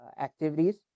activities